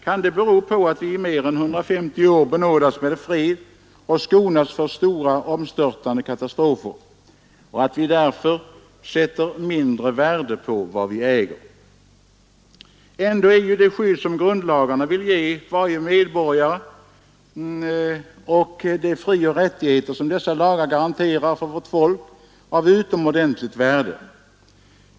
Kan det bero på att vi i mer än 150 år begåvats med fred och skonats från stora omstörtande katastrofer och att vi därför sätter mindre värde på vad vi äger? Ändå är det skydd som grundlagarna vill ge varje medborgare samt de frioch rättigheter som dessa lagar garanterar för vårt folk av utomordentligt värde.